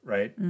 Right